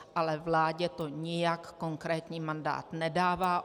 Ale vládě to nijak konkrétní mandát nedává.